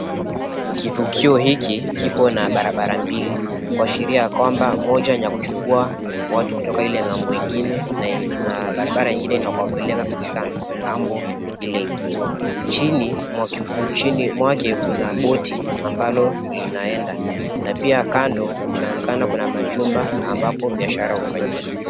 Kivukio hiki kiko na barabara mbili, kuashiria ya kwamba moja ni ya kuchukua watu kutoka ile ng'ambo ingine na barabara ingine ni ya kuwapeleka katika ng'ambo ile ingine. Chini mwake kuna boti ambalo linaenda na pia kando kunaonekana kuna majumba ambapo biashara hufanyika.